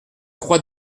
croix